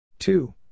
Two